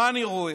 מה אני רואה?